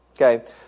Okay